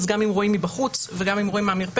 אז גם אם רואים מבחוץ וגם אם רואים מהמרפסת,